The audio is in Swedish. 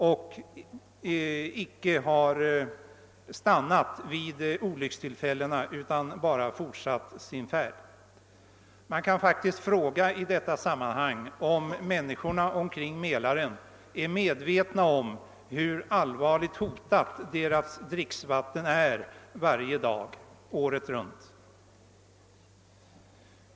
De har heller icke stannat vid olyckstillfällena utan bara fortsatt sin färd. Man kan faktiskt i detta sammanhang undra om människorna omkring Mälaren är medvetna om hur allvarligt hotat deras dricksvatten är varje dag året runt.